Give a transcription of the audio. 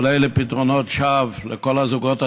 אבל אלה פתרונות שווא לכל הזוגות הצעירים,